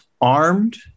armed